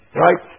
right